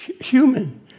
human